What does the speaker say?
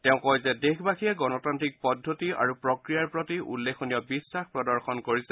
তেওঁ কয় যে দেশবাসীয়ে গণতান্নিক পদ্ধতি আৰু প্ৰক্ৰিয়াৰ প্ৰতি উল্লেখনীয় বিখাস প্ৰদৰ্শন কৰিছে